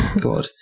God